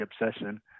obsession